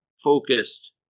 Focused